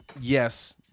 yes